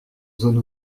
zone